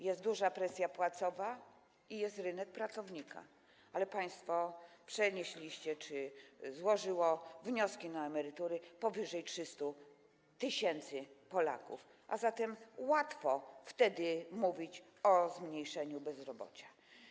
Jest duża presja płacowa i jest rynek pracownika, ale państwo przenieśliście na emerytury czy też złożyło wnioski o przejście na emerytury powyżej 300 tys. Polaków, a zatem łatwo wtedy mówić o zmniejszeniu bezrobocia.